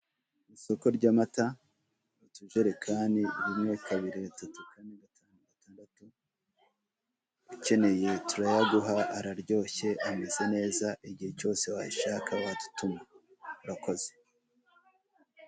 Isoko ry'amata utujerekani rimwe, kabiri, gatatu, kane, gatanu, gatandatu, ukeneye turayaguha, araryoshye ameze neza, igihe cyose wayashaka wadutuma murakoze.